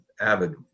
avid